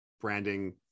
branding